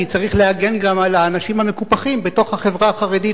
כי צריך להגן גם על האנשים המקופחים בתוך החברה החרדית,